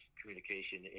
communication